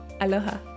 aloha